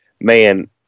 man